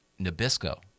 Nabisco